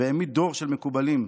והעמיד דור של מקובלים,